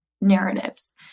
narratives